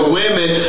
women